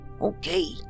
Okay